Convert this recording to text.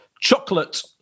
chocolate